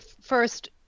first